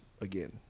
again